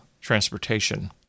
transportation